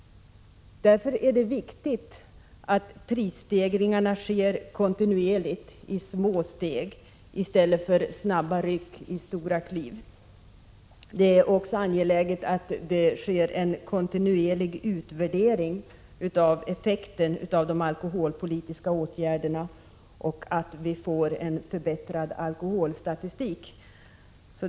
Därför är det viktigt att prisstegringarna sker kontinuerligt i små steg i stället för med snabba ryck i stora kliv. Det är också angeläget att det sker en kontinuerlig utvärdering av effekten av de alkoholpolitiska åtgärderna och att vi får en förbättrad alkoholstatistik.